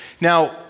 Now